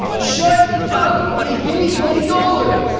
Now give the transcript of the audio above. shut up, okay? give me twenty dollars.